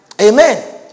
Amen